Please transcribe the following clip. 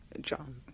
John